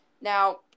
Now